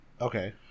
okay